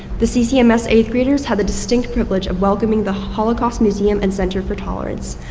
the ccms eighth graders had the distinct privilege of welcoming the holocaust museum and center for tolerance.